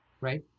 right